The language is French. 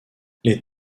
les